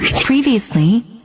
Previously